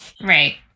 right